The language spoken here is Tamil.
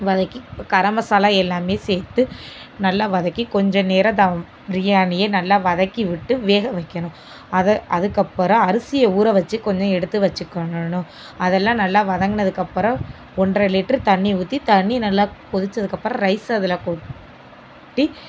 வதக்கி கரம் மசாலா எல்லாம் சேர்த்து நல்லா வதக்கி கொஞ்சம் நேரம் தம் பிரியாணியை நல்லா வதக்கி விட்டு வேக வைக்கணும் அதை அதுக்கப்பறம் அரிசியை ஊற வச்சு கொஞ்சம் எடுத்து வச்சிக்கணும் அதெல்லாம் நல்லா வதங்கினதுக்கு அப்புறம் ஒன்றை லிட்டரு தண்ணீர் ஊற்றி தண்ணீர் நல்லா கொதித்ததுக்கு அப்புறம் ரைஸ் அதில் கொட்டி